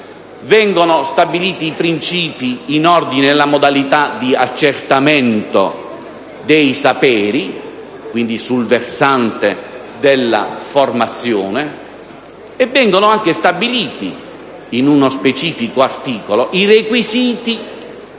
minoranze, i principi in ordine alla modalità di accertamento dei saperi, quindi sul versante della formazione. Vengono altresì stabiliti, in uno specifico articolo, i requisiti